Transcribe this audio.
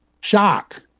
Shock